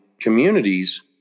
communities